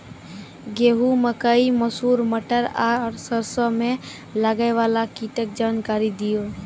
गेहूँ, मकई, मसूर, मटर आर सरसों मे लागै वाला कीटक जानकरी दियो?